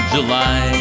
July